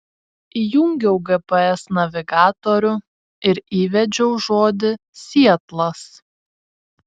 įjungiau gps navigatorių ir įvedžiau žodį sietlas